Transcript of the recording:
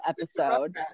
episode